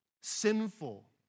sinful